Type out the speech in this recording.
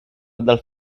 dal